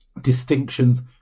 distinctions